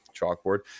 chalkboard